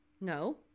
No